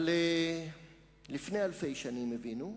אבל לפני אלפי שנים הבינו,